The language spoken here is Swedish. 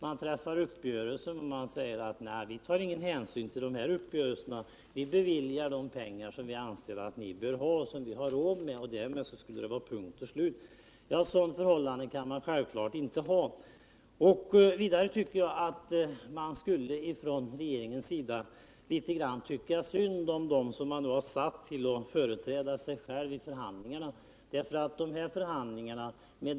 Man träffar uppgörelser men säger: Nej, vi tar ingen hänsyn till de här uppgörelserna. Vi beviljar de pengar som vi anser att ni bör ha och som vi har råd med. Men därmed skulle det vara punkt och slut. Sådana förhållanden kan man självklart inte ha. Sedan borde regeringen tycka litet grand synd om dem som man satt vid förhandlingsbordet för att företräda sig själva.